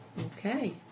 Okay